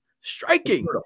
striking